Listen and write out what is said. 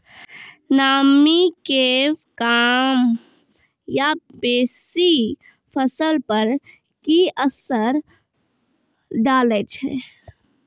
नामी के कम या बेसी फसल पर की असर डाले छै?